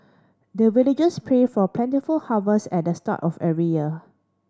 the villagers pray for plentiful harvest at the start of every year